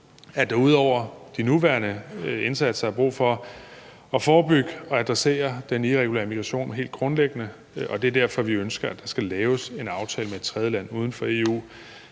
at der ud over de nuværende indsatser er brug for at forebygge og adressere den irregulære migration helt grundlæggende, og det er derfor, vi ønsker, at der skal laves en aftale med et tredjeland uden for EU.